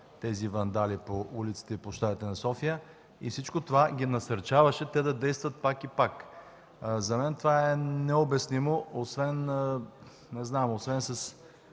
тези вандали по улиците и площадите на София. Всичко това ги насърчаваше те да действат пак и пак. За мен това е необяснимо. Освен